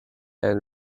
and